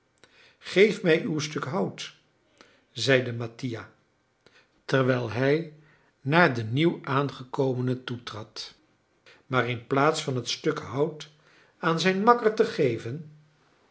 geef mij uw stuk hout zeide mattia terwijl hij naar den nieuwaangekomene toetrad maar inplaats van het stuk hout aan zijn makker te geven